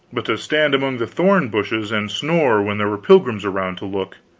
but to stand among the thorn-bushes and snore when there were pilgrims around to look